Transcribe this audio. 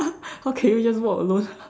how can you just walk alone